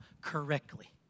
Correctly